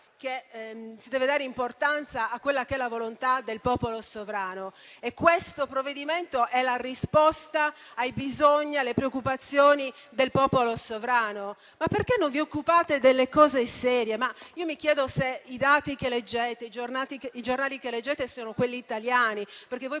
che si deve dare importanza alla volontà del popolo sovrano, e questo provvedimento è la risposta ai bisogni e alle preoccupazioni del popolo sovrano? Ma perché non vi occupate delle cose serie? Mi chiedo se i dati che leggete e i giornali che leggete